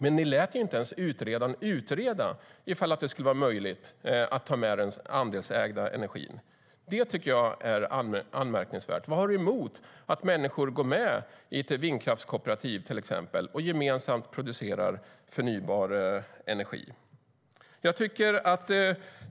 Men ni lät inte ens utredaren utreda ifall det skulle vara möjligt att ta med den andelsägda energin. Det är anmärkningsvärt. Vad har du emot att människor går med i till exempel ett vindkraftskooperativ och gemensamt producerar förnybar energi?